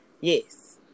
yes